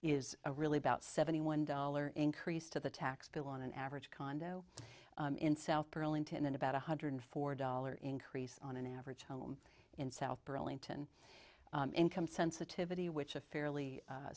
is really about seventy one dollar increase to the tax bill on an average condo in south pearlington and about one hundred four dollar increase on an average home in south burlington income sensitivity which a fairly